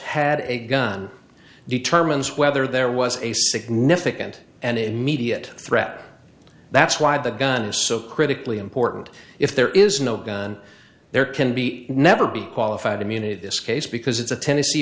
had a gun determines whether there was a significant and immediate threat that's why the gun is so critically important if there is no gun there can be never be qualified immunity this case because it's a ten